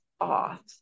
off